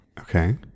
Okay